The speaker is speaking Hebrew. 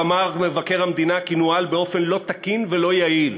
שעליו כבר אמר מבקר המדינה כי נוהל באופן לא תקין ולא יעיל.